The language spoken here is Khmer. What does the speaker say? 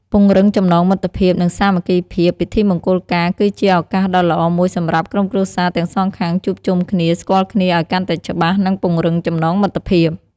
ពង្រឹងចំណងមិត្តភាព និងសាមគ្គីភាព ពិធីមង្គលការគឺជាឱកាសដ៏ល្អមួយសម្រាប់ក្រុមគ្រួសារទាំងសងខាងជួបជុំគ្នា ស្គាល់គ្នាឱ្យកាន់តែច្បាស់ និងពង្រឹងចំណងមិត្តភាព។